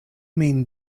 min